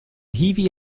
hiwi